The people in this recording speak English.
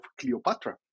Cleopatra